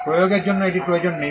প্রয়োগের জন্য এটির প্রয়োজন নেই